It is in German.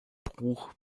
bruch